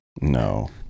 no